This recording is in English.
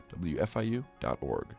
wfiu.org